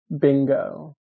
bingo